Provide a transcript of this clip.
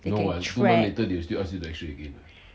they can track